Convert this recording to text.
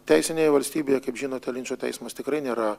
teisinėje valstybėje kaip žinote linčo teismas tikrai nėra